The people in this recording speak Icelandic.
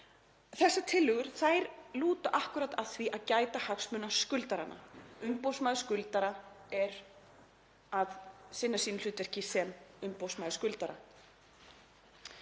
Þessar tillögur lúta akkúrat að því að gæta hagsmuna skuldara. Umboðsmaður skuldara er að sinna sínu hlutverki sem umboðsmaður skuldara.